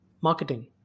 marketing